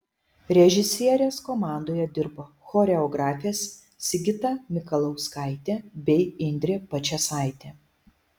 režisierės komandoje dirbo choreografės sigita mikalauskaitė bei indrė pačėsaitė